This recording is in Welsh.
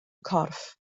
corff